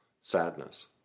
sadness